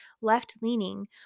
left-leaning